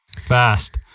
Fast